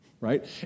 right